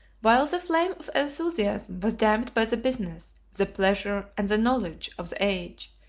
while the flame of enthusiasm was damped by the business, the pleasure, and the knowledge, of the age,